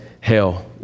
hell